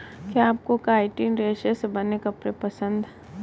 क्या आपको काइटिन रेशे से बने कपड़े पसंद है